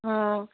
ହଁ